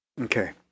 Okay